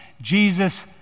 Jesus